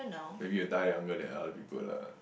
maybe you will die younger than other people lah